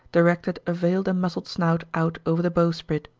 directed a veiled and muzzled snout out over the bowsprit.